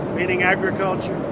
meaning agriculture,